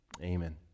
Amen